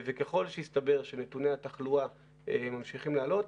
וככל שיסתבר שנתוני התחלואה ממשיכים לעלות,